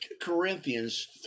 Corinthians